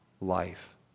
life